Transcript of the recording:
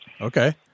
Okay